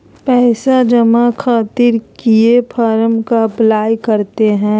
पैसा जमा खातिर किस फॉर्म का अप्लाई करते हैं?